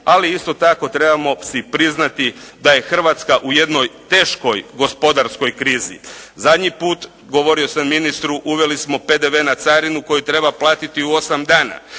ali isto tako trebamo si priznati da je Hrvatska u jednoj teškoj gospodarskoj krizi. Zadnji put govorio sam ministru, uveli smo PDV na carinu koji treba platiti u osam dana.